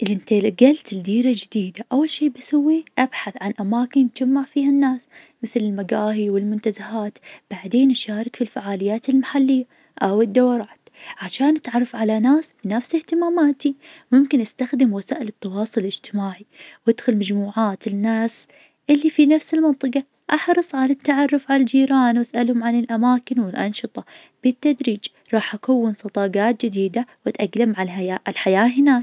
إذا إنتلقلت لدير جديدة أول شي بسويه أبحث عن أماكن تجمع فيها الناس مثل المقاهي والمنتزهات، بعدين شارك في الفعاليات المحلية، أو الدورات عشان تعرف على ناس نفس إهتماماتي. ممكن أستخدم وسائل التواصل الاجتماعي وأدخل مجموعات الناس اللي في نفس المنطقة، أحرص على التعرف على الجيران واسألهم عن الأماكن والأنشطة. بالتدريج راح أكون صادقات جديدة واتأقلم على هيا- الحياة هناك.